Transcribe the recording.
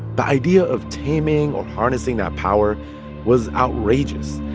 the idea of taming or harnessing that power was outrageous.